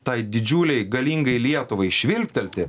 tai didžiuliai galingai lietuvai švilptelti